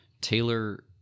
Taylor